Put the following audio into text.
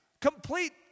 Complete